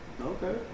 Okay